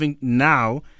now